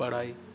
ऐं